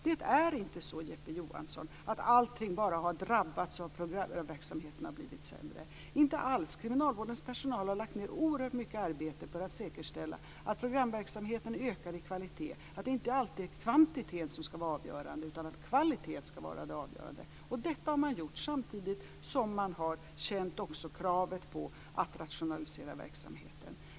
Det är inte så, Jeppe Johnsson, att allting bara har drabbats och att verksamheterna har blivit sämre. Så är det inte alls. Kriminalvårdens personal har lagt ned oerhört mycket arbete för att säkerställa att programverksamheten ökar i kvalitet, att det inte alltid är kvantitet som ska vara avgörande utan att kvalitet ska vara det avgörande. Detta har man gjort samtidigt som man har känt kravet på att rationalisera verksamheten.